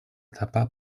etapa